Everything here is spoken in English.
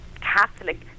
Catholic